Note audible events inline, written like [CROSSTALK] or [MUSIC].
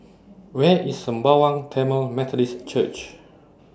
Where IS Sembawang Tamil Methodist Church [NOISE]